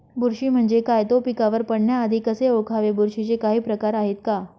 बुरशी म्हणजे काय? तो पिकावर पडण्याआधी कसे ओळखावे? बुरशीचे काही प्रकार आहेत का?